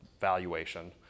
valuation